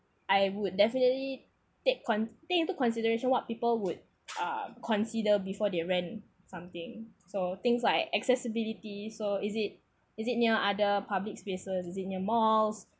I would definitely take con~ take into consideration what people would uh consider before they rent something so things like accessibility so is it is it near other public spaces is it near malls